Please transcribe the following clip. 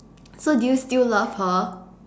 so do you still love her